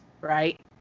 right